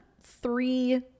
three